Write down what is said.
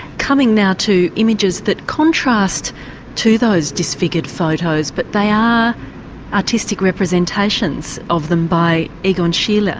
coming now to images that contrast to those disfigured photos but they are artistic representations of them by egon schiele.